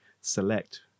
select